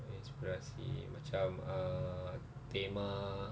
inspirasi macam err tema